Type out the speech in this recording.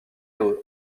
aux